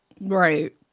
Right